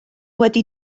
wedi